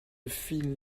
fines